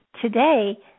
today